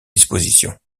dispositions